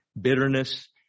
bitterness